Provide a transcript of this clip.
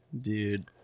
dude